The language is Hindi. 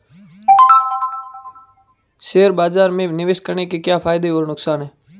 शेयर बाज़ार में निवेश करने के क्या फायदे और नुकसान हैं?